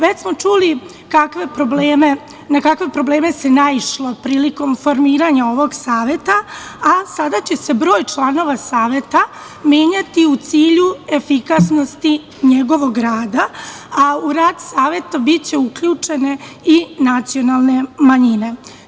Već smo čuli na kakve probleme se naišlo prilikom formiranja ovog saveta, a sada će se broj članova saveta menjati u cilju efikasnosti njegovog rada, a u rad saveta biće uključene i nacionalne manjine.